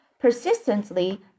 persistently